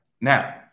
Now